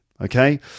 okay